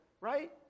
right